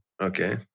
Okay